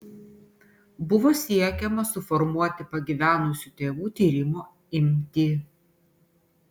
buvo siekiama suformuoti pagyvenusių tėvų tyrimo imtį